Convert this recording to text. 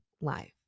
life